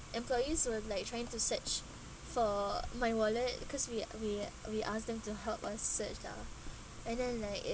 employees were like trying to search for my wallet because we uh we uh we ask them to help us search lah and then like it